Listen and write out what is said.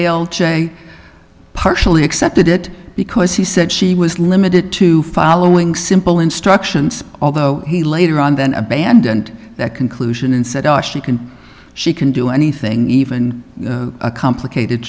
ael j partially accepted it because he said she was limited to following simple instructions although he later on then abandoned that conclusion and said ah she can she can do anything even a complicated